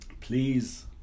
please